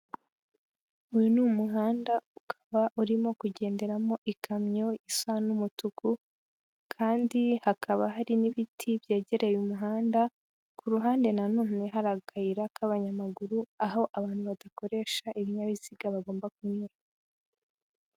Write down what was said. Uyu ni umuhanda ukaba urimo kugenderamo ikamyo isa n'umutuku, kandi hakaba hari n'ibiti byegereye umuhanda, ku ruhande nanone hari akayira k'abanyamaguru aho abantu badakoresha ibinyabiziga bagomba kunyura.